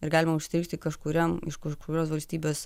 ir galima užstrigti kažkuriam iš kažkurios valstybės